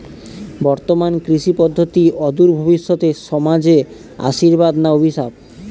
বর্তমান কৃষি পদ্ধতি অদূর ভবিষ্যতে সমাজে আশীর্বাদ না অভিশাপ?